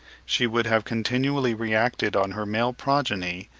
she would have continually reacted on her male progeny,